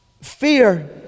fear